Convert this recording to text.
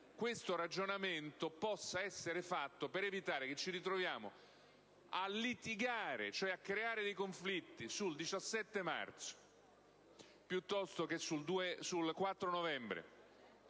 questo ragionamento possa essere fatto, per evitare che ci ritroviamo a litigare e creare dei conflitti sul 17 marzo, piuttosto che sul 4 novembre,